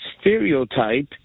stereotype